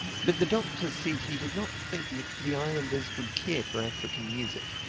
but the doctor said he did not think that the islanders would care for african music.